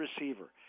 receiver